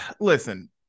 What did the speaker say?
Listen